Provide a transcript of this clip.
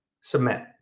submit